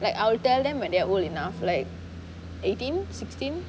like I will tell them when they are old enough like eighteen sixteen